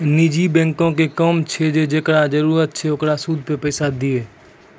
निजी बैंको के काम छै जे जेकरा जरुरत छै ओकरा सूदो पे पैसा दिये